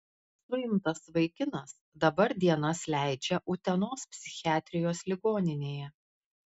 suimtas vaikinas dabar dienas leidžia utenos psichiatrijos ligoninėje